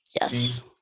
Yes